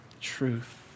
truth